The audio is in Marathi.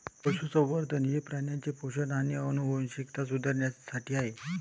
पशुसंवर्धन हे प्राण्यांचे पोषण आणि आनुवंशिकता सुधारण्यासाठी आहे